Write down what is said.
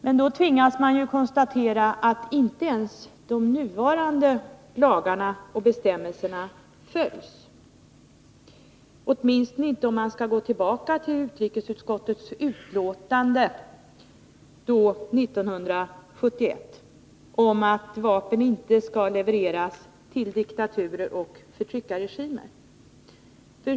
Men då tvingas man ju konstatera att inte ens de nuvarande lagarna och bestämmelserna följs — åtminstone inte om man går tillbaka till utrikesutskottets betänkande 1971 om att vapen inte skall levereras till diktaturer och förtryckarregimer.